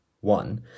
one